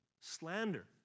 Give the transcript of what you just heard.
Slander